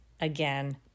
again